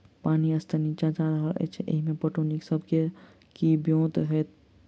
पानि स्तर नीचा जा रहल अछि, एहिमे पटौनीक सब सऽ नीक ब्योंत केँ होइत?